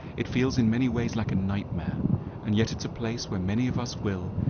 it feels in many ways like a nightmare and yet it's a place where many of us will,